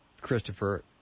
Christopher